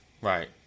right